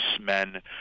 men